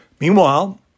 Meanwhile